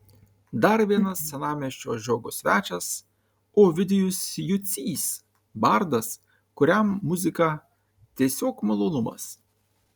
dar vienas senamiesčio žiogo svečias ovidijus jucys bardas kuriam muzika tiesiog malonumas